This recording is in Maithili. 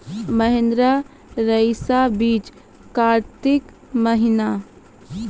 महिंद्रा रईसा बीज कार्तिक महीना?